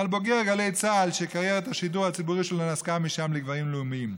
על בוגר גלי צה"ל שקריירת השידור הציבורי נסקה משם לגבהים לאומיים.